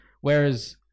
Whereas